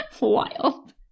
Wild